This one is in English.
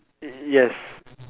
yes